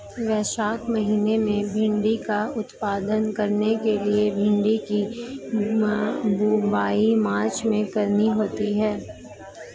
वैशाख महीना में भिण्डी का उत्पादन करने के लिए भिंडी की बुवाई मार्च में करनी होती है